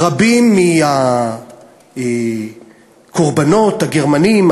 רבים מהקורבנות הגרמנים,